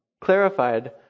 clarified